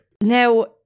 Now